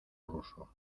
ruso